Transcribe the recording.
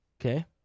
Okay